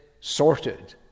sorted